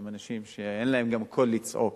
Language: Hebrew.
הם אנשים שאין להם גם קול לצעוק.